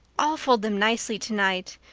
i'll fold them nicely tonight.